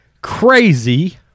crazy